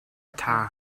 ṭha